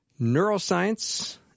neuroscience